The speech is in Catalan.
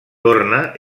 torna